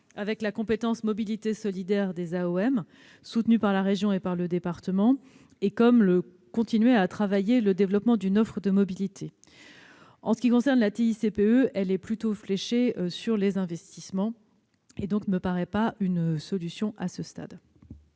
avec la compétence mobilité solidaire des AOM, soutenues par la région et le département. Troisièmement, nous devons continuer à travailler sur le développement d'une offre de mobilité. En ce qui concerne la TICPE, celle-ci est plutôt orientée vers les investissements. Elle ne me paraît donc pas une solution à ce stade.